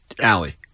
Allie